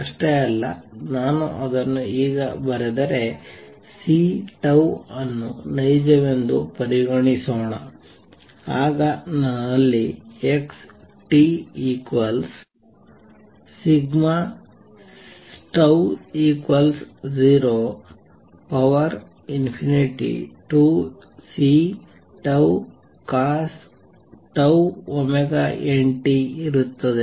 ಅಷ್ಟೇ ಅಲ್ಲ ನಾನು ಅದನ್ನು ಈಗ ಬರೆದರೆ C ಅನ್ನು ನೈಜವೆಂದು ಪರಿಗಣಿಸೋಣ ಆಗ ನನ್ನಲ್ಲಿ xtτ02Ccosτωnt ಇರುತ್ತದೆ